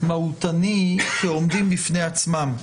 מהותני כעומדים בפני עצמם.